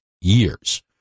years